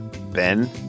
Ben